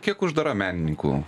kiek uždara menininkų